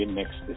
next